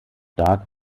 dark